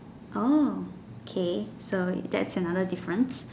oh K so that's another difference